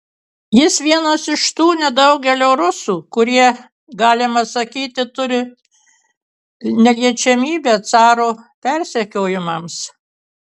jis vienas iš tų nedaugelio rusų kurie galima sakyti turi neliečiamybę caro persekiojimams